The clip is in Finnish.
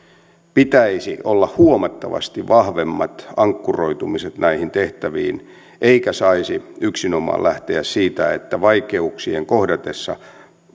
pitäisi olla huomattavasti vahvemmat ankkuroitumiset näihin tehtäviin eikä saisi yksinomaan lähteä siitä että vaikeuksien kohdatessa